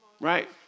right